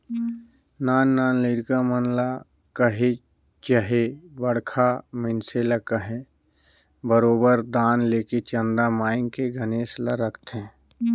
नान नान लरिका मन ल कहे चहे बड़खा मइनसे मन ल कहे बरोबेर दान लेके चंदा मांएग के गनेस ल रखथें